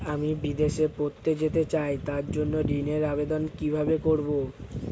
আমি বিদেশে পড়তে যেতে চাই তার জন্য ঋণের আবেদন কিভাবে করব?